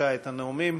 בבקשה את הנאומים.